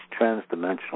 transdimensional